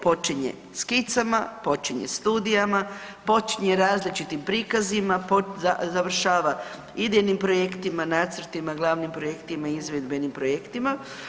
Počinje skicama, počinje studijama, počinje različitim prikazima, završava idejnim projektima, nacrtima, glavnim projektima, izvedbenim projektima.